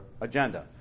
agenda